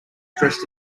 dressed